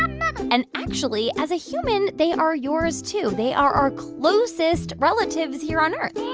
and, actually, as a human, they are yours, too. they are our closest relatives here on earth.